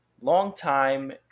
long-time